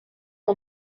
ont